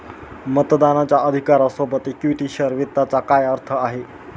मतदानाच्या अधिकारा सोबत इक्विटी शेअर वित्ताचा काय अर्थ आहे?